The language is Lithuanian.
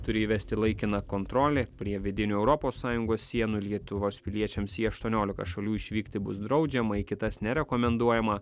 turi įvesti laikiną kontrolę prie vidinių europos sąjungos sienų lietuvos piliečiams į aštuoniolika šalių išvykti bus draudžiama į kitas nerekomenduojama